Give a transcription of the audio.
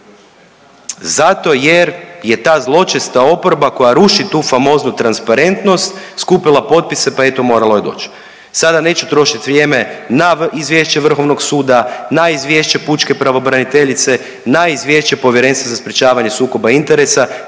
zato jer je ta zločesta oporba koja ruši tu famoznu transparentnost skupila potpise pa eto, moralo je doći. Sada neću trošiti vrijeme na izvješće Vrhovnog suda, na izvješće pučke pravobraniteljice, na izvješće Povjerenstva za sprječavanje sukoba interesa,